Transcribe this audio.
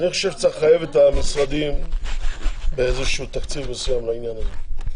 אני חושב שצריך לחייב את המשרדים באיזה שהוא תקציב מסוים לעניין הזה.